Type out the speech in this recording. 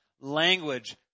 language